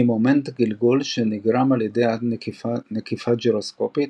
מומנט גלגול שנגרם על ידי נקיפה גירוסקופית.